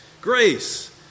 Grace